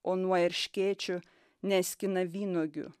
o nuo erškėčių neskina vynuogių